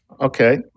Okay